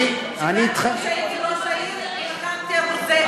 גם כשהייתי ראש העיר נלחמתי עבור זה,